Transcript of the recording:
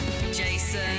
Jason